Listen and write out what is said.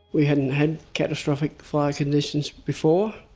we hadn't had catastrophic fire conditions before.